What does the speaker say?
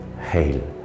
Hail